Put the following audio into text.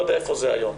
לא יודע איפה זה היום.